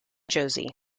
josie